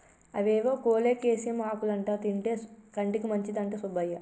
అవేవో కోలేకేసియం ఆకులంటా తింటే కంటికి మంచిదంట సుబ్బయ్య